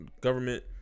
government